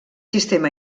sistema